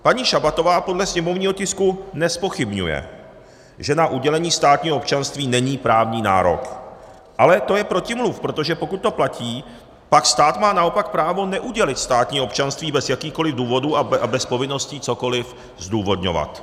Paní Šabatová podle sněmovního tisku nezpochybňuje, že na udělení státního občanství není právní nárok, ale to je protimluv, protože pokud to platí, pak stát má naopak právo neudělit státní občanství bez jakýchkoliv důvodů a bez povinností cokoliv zdůvodňovat.